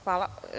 Hvala.